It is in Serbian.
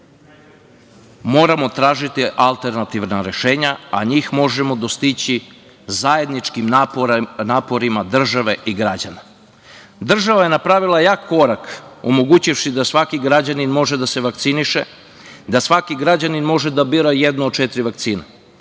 moramo tražiti alternativna rešenja, a njih možemo dostići zajedničkim naporima države i građana. Država je napravila jak korak omogućivši da svaki građanin može da se vakciniše, da svaki građanin može da bira jednu od četiri vakcine.